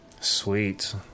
Sweet